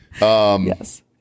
Yes